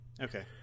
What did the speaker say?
Okay